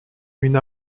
une